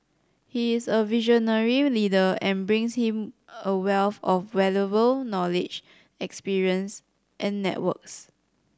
he is a visionary leader and brings him a wealth of valuable knowledge experience and networks